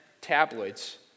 tabloids